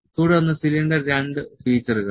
തുടർന്ന് സിലിണ്ടർ 2 ഫീച്ചറുകൾ